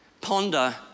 ponder